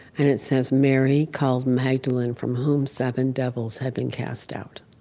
and it says, mary called magdalene from whom seven devils had been cast out.